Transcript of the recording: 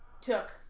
took